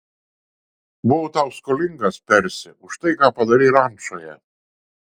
buvau tau skolingas persi už tai ką padarei rančoje